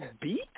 beat